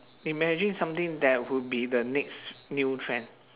imagine something that would be the next new trend